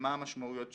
ומה המשמעויות שלהם.